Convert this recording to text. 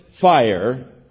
fire